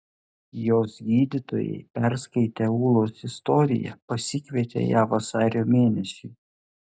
jos gydytojai perskaitę ūlos istoriją pasikvietė ją vasario mėnesiui